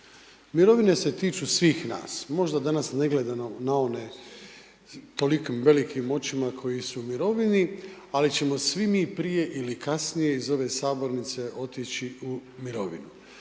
Mirovine se tiču svih nas, možda danas ne gledano na one tolikim velikim očima koji su u mirovini ali ćemo svim mi prije ili kasnije iz ove sabornice otići u mirovinu.